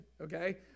okay